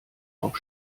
auch